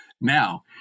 now